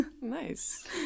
Nice